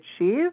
achieve